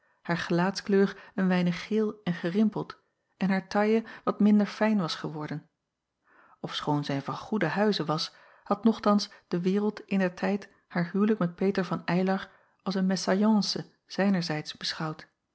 haar gelaatskleur een weinig geel en gerimpeld en haar taille wat minder fijn was geworden ofschoon zij van goeden huize was had nogtans de wereld indertijd haar huwelijk met peter van eylar als een mésalliance zijnerzijds beschouwd